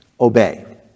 Obey